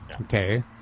Okay